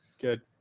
good